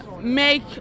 make